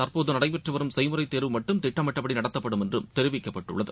தற்போது நடைபெற்று வரும் செய்முறை தேர்வு மட்டும் திட்டமிட்டபடி நடத்தப்படும் என்று தெரிவிக்கப்பட்டுள்ளது